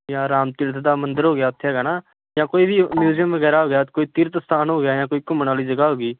ਜਾਂ ਰਾਮ ਤੀਰਥ ਦਾ ਮੰਦਰ ਹੋ ਗਿਆ ਉੱਥੇ ਹੈਗਾ ਨਾ ਜਾਂ ਕੋਈ ਵੀ ਮਿਊਜ਼ੀਅਮ ਵਗੈਰਾ ਹੋ ਗਿਆ ਕੋਈ ਤੀਰਥ ਸਥਾਨ ਹੋ ਗਿਆ ਜਾਂ ਕੋਈ ਘੁੰਮਣ ਵਾਲੀ ਜਗ੍ਹਾ ਹੋ ਗਈ